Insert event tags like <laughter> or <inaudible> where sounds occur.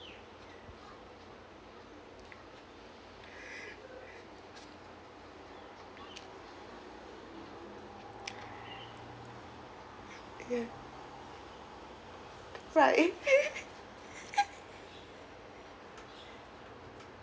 yeah right <laughs>